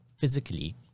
physically